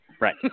Right